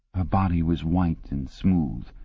ah body was white and smooth,